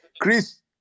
Chris